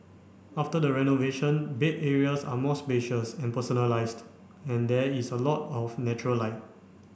after the renovation bed areas are more spacious and personalised and there is a lot of natural light